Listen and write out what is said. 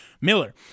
Miller